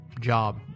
job